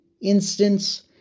instance